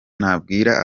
nabwira